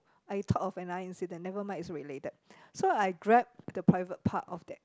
I thought of an eye incident nevermind it's related so I grab the private part of that